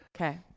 Okay